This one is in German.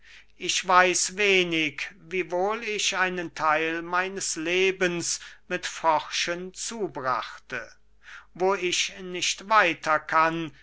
ich weiß wenig wiewohl ich einen theil meines lebens mit forschen zubrachte wo ich nicht weiter kann